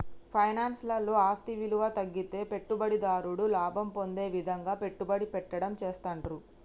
finance లలో ఆస్తి విలువ తగ్గితే పెట్టుబడిదారుడు లాభం పొందే విధంగా పెట్టుబడి పెట్టడం చేస్తాండ్రు